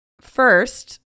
First